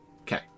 Okay